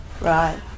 Right